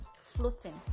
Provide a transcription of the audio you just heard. floating